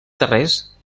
darrers